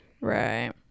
right